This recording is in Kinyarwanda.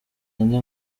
indi